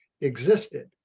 existed